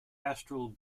astral